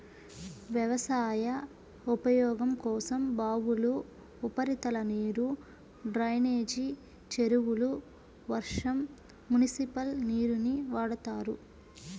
వ్యవసాయ ఉపయోగం కోసం బావులు, ఉపరితల నీరు, డ్రైనేజీ చెరువులు, వర్షం, మునిసిపల్ నీరుని వాడతారు